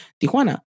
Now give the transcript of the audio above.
Tijuana